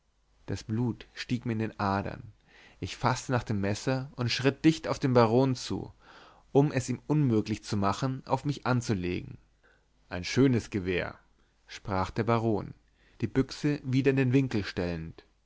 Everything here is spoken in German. das blut stieg mir in den adern ich faßte nach dem messer und schritt dicht auf den baron zu um es ihm unmöglich zu machen auf mich anzulegen ein schönes gewehr sprach der baron die büchse wieder in den winkel stellend